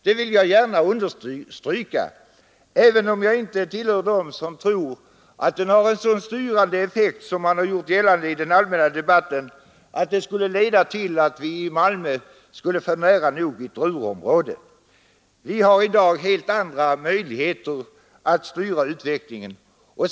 Det vill jag gärna understryka, även om jag inte hör till dem som tror att den har en så styrande effekt som man har gjort gällande i den allmänna debatten — att den skulle leda till att vi i Malmö skulle få nära nog ett Ruhrområde. Vi har i dag helt andra möjligheter att styra utvecklingen.